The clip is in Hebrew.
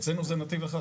אצלנו זה נתיב אחד.